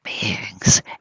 beings